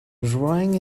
drying